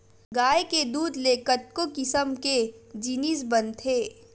गाय के दूद ले कतको किसम के जिनिस बनथे